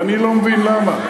ואני לא מבין למה.